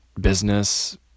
business